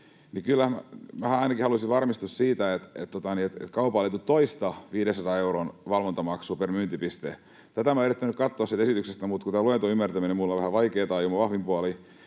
haluaisin varmistua siitä, että kaupalle ei tule toista 500 euron valvontamaksua per myyntipiste. Tätä minä olen yrittänyt katsoa siitä esityksestä. Mutta kun tämä luetun ymmärtäminen on minulle